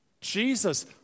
Jesus